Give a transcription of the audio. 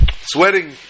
sweating